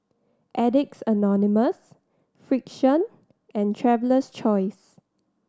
Addicts Anonymous Frixion and Traveler's Choice